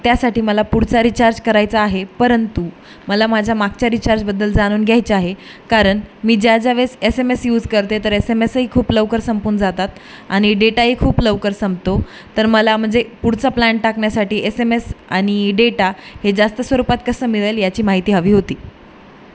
त्यासाठी मला पुढचा रिचार्ज करायचा आहे परंतु मला माझ्या मागच्या रिचार्जबद्दल जाणून घ्यायचे आहे कारण मी ज्या ज्या वेळेस एस एम एस यूज करते तर एस एम एसही खूप लवकर संपून जातात आणि डेटाही खूप लवकर संपतो तर मला म्हणजे पुढचा प्लॅन टाकण्यासाठी एस एम एस आणि डेटा हे जास्त स्वरूपात कसं मिळेल याची माहिती हवी होती